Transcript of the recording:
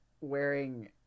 wearing